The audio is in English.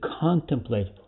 contemplate